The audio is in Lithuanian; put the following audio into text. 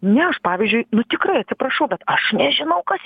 ne aš pavyzdžiui nu tikrai atsiprašau bet aš nežinau kas